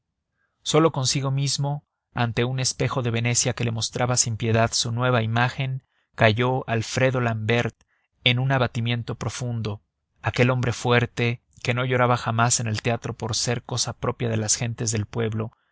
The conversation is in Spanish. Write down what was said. solo consigo mismo ante un espejo de venecia que le mostraba sin piedad su nueva imagen cayó alfredo l'ambert en un abatimiento profundo aquel hombre fuerte que no lloraba jamás en el teatro por ser cosa propia de las gentes del pueblo